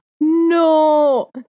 No